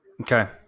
Okay